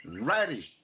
Ready